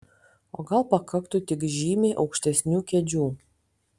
o gal pakaktų tik žymiai aukštesnių kėdžių